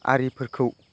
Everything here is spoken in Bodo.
आरिफोरखौ